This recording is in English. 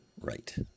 right